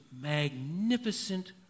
magnificent